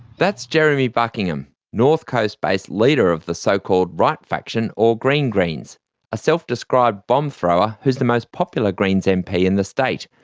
that's jeremy buckingham, north coast based leader of the so-called right faction or green a self-described bomb-thrower who is the most popular greens mp in the state,